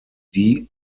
die